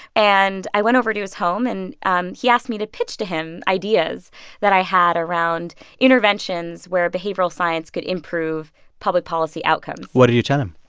and i went over to his home. and and he asked me to pitch to him ideas that i had around interventions where behavioral science could improve public policy outcomes what did you tell him?